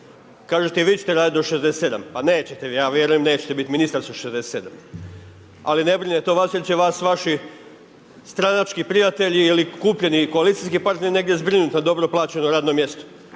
Kažete i vi ćete radit do 67 pa nećete, ja vjerujem da nećete biti ministar sa 67, ali ne brine to vas jer će vas vaši stranački prijatelji ili kupljeni koalicijski partneri negdje zbrinut na dobro plaćeno radno mjesto,